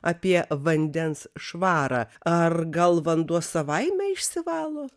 apie vandens švarą ar gal vanduo savaime išsivalo